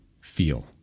feel